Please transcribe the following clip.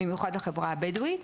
במיוחד לחברה הבדואית.